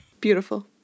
Beautiful